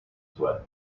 sweat